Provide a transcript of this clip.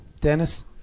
Dennis